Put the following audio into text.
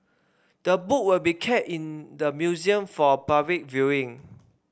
the book will be kept in the museum for public viewing